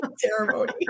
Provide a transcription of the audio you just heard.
ceremony